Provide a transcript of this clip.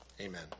Amen